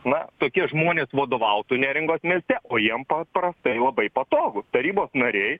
na tokie žmonės vadovautų neringos mieste o jiem paprastai labai patogu tarybos nariai